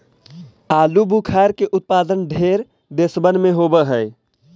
आलूबुखारा के उत्पादन ढेर देशबन में होब हई